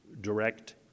direct